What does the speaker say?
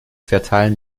verteilen